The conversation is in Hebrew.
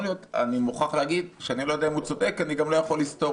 אני לא יודע הוא צודק ואני גם לא יכול לסתור